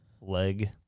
leg